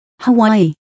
Hawaii